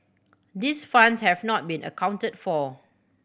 these funds have not been accounted for